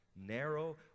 Narrow